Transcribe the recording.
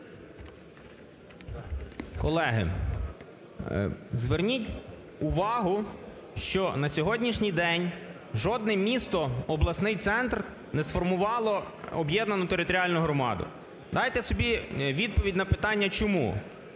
Колеги, зверніть увагу, що на сьогоднішній день жодне міст обласний центр не сформувало об'єднану територіальну громаду. Дайте собі відповідь на питання, чому.